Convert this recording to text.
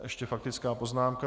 Ještě faktická poznámka.